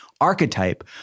archetype